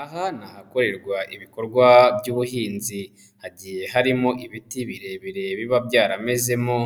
Aha ni ahakorerwa ibikorwa by'ubuhinzi, hagiye harimo ibiti birebire biba byaramezemo,